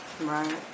Right